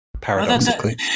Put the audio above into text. paradoxically